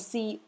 See